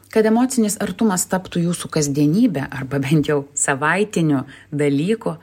kad emocinis artumas taptų jūsų kasdienybe arba bent jau savaitiniu dalyku